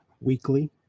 weekly